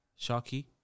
Sharky